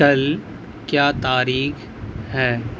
کل کیا تاریخ ہے